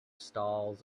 stalls